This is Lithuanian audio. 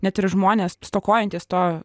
net ir žmonės stokojantys to